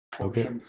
Okay